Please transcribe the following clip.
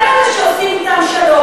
הם כאלה אלימים בעיניכם?